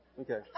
Okay